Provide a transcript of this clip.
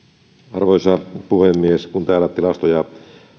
arvoisa puhemies kun täällä tilastoja